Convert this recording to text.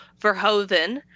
Verhoeven